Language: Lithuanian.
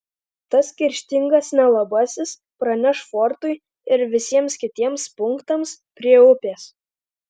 tas kerštingas nelabasis praneš fortui ir visiems kitiems punktams prie upės